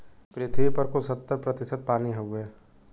पृथ्वी पर कुल सत्तर प्रतिशत पानी हउवे